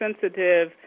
sensitive